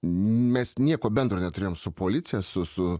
mes nieko bendro neturėjom su policija su su